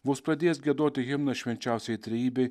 vos pradėjęs giedoti himną švenčiausiajai trejybei